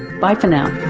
bye for now